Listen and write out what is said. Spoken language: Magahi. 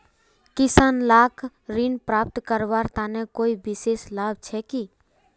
किसान लाक ऋण प्राप्त करवार तने कोई विशेष लाभ छे कि?